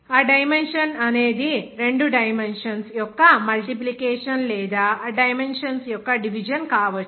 ఆ డైమెన్షన్ అనేది రెండు డైమెన్షన్స్ యొక్క మల్టిప్లికేషన్ లేదా రెండు డైమెన్షన్స్ యొక్క డివిజన్ కావచ్చు